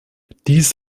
dies